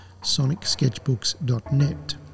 sonicsketchbooks.net